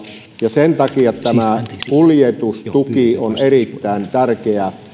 ja sen takia tämä kuljetustuki on erittäin tärkeä